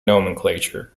nomenclature